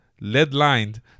Lead-lined